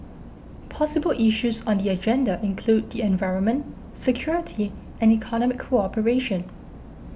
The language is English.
possible issues on the agenda include the environment security and economic cooperation